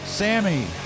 Sammy